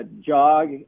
jog